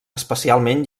especialment